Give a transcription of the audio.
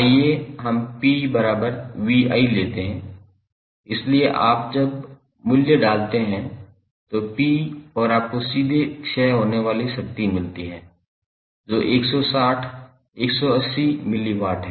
आइए हम 𝑝𝑣𝑖 लेते हैं इसलिए जब आप मूल्य डालते हैं तो 𝑝 और आपको सीधे क्षय होने वाली शक्ति मिलता है जो 180 मिलीवाट है